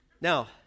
Now